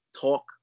talk